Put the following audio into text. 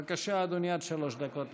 בבקשה, אדוני, עד שלוש דקות לרשותך.